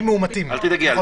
קודם, צריך להחליט איך יגיעו.